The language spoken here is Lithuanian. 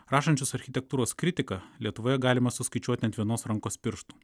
rašančius architektūros kritiką lietuvoje galima suskaičiuoti ant vienos rankos pirštų